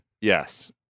Yes